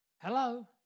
Hello